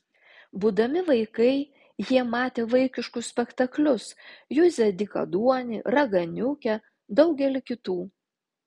būdami vaikai jie matė vaikiškus spektaklius juzę dykaduonį raganiukę daugelį kitų